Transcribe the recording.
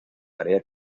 tarea